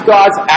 God's